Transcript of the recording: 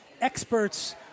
experts